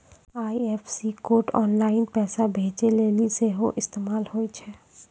IFSC code online पैसा भेजै लेली सेहो इस्तेमाल होय छै